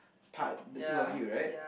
part the two of you right